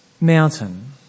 mountain